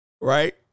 Right